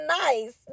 nice